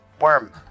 Worm